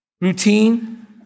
routine